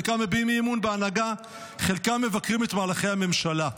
חלקם מביעים אי-אמון בהנהגה וחלקם מבקרים את מהלכי הממשלה.